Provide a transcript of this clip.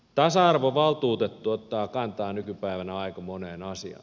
tasa arvovaltuutettu ottaa kantaa nykypäivänä aika moneen asiaan